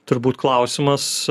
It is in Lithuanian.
turbūt klausimas